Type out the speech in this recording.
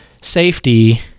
safety